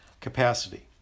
capacity